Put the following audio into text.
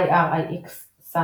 SunOS ,IRIX.